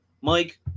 Mike